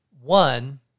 One